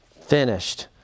finished